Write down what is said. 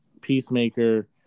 Peacemaker